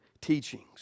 teachings